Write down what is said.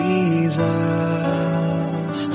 Jesus